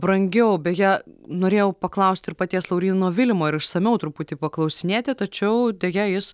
brangiau beje norėjau paklaust ir paties lauryno vilimo ir išsamiau truputį paklausinėti tačiau deja jis